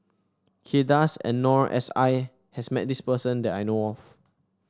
Kay Das and Noor S I has met this person that I know of